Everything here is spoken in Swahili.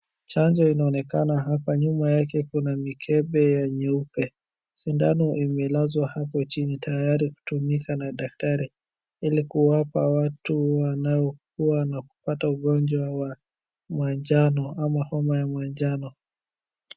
Chanjo inaonekana hapa nyuma yake Kuna mikebe ya nyeupe sindano imelazwa hapa chini tayari kutumika na daktari ili kuwapa watu wanao kuwa na kupata ugonjwa wa majano ama homa ya manjano.